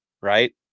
right